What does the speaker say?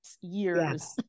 years